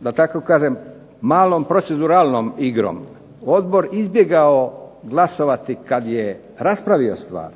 da tako kažem malom proceduralnom igrom Odbor izbjegao glasovati kad je raspravio stvar